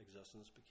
existence